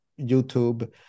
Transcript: YouTube